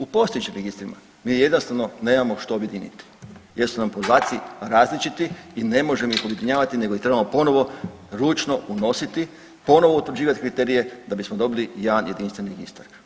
U postojećim registrima mi jednostavno nemamo što objediniti jer su nam podaci različiti i ne možemo ih objedinjavati, nego ih trebamo ponovno ručno unositi, ponovno utvrđivati kriterije da bismo dobili jedan jedinstveni registar.